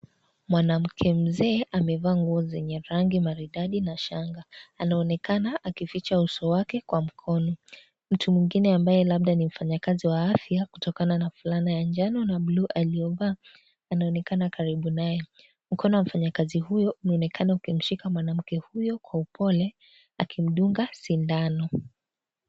Mwanamke mzee amevaa nguo zenye rangi maridadi na shanga .Anaonekana akificha uso wake kwa mkono. Mtu mwingine ambaye labda ni mfanyikazi wa afya kutokana na fulana ya njano na (cs)blue(cs) aliyovaa anaonekana karibu naye. Mkono wa mfanyikazi huyo unaonekana ukimshika mwanamke huyo kwa upole akimdunga sindano.